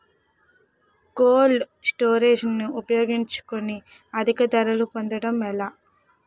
Cold storage ని ఉపయోగించుకొని అధిక ధరలు పొందడం ఎలా?